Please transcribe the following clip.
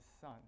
son